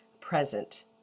present